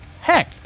heck